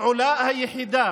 הפעולה היחידה